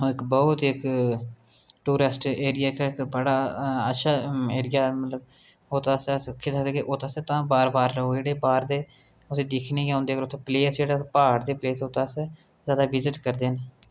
इक बोह्त इक टूरेस्ट एरिया इक बड़ा अच्छा गै एरिया मतलब ओह्दे आस्तै अस किसे दे के ओह्दे आस्तै तां बार बार लोक जेह्ड़े बाह्र दे उसी दिक्खने गी औंदे अगर उत्थै प्लेस जेह्ड़े प्हाड़ ते प्लेस उत्थै अस ज्यादा विजिट करदे न